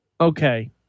Okay